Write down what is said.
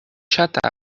shut